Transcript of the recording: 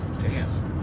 Dance